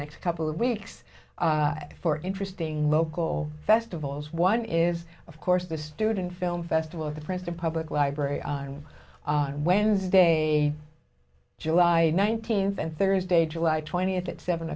next couple of weeks for interesting local festivals one is of course the student film festival is the princeton public library on wednesday july nineteenth and thursday july twentieth at seven